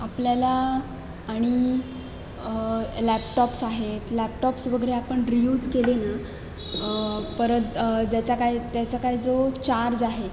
आपल्याला आणि लॅपटॉप्स आहेत लॅपटॉप्स वगैरे आपण रियूज केले ना परत ज्याचा काय त्याचा काय जो चार्ज आहे